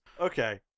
Okay